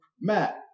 Matt